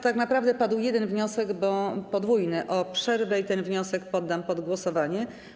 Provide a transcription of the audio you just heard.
Tak naprawdę padł jeden wniosek, podwójny, o przerwę i ten wniosek poddam pod głosowanie.